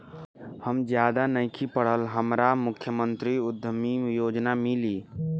हम ज्यादा नइखिल पढ़ल हमरा मुख्यमंत्री उद्यमी योजना मिली?